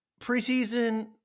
preseason